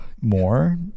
more